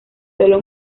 solo